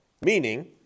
Meaning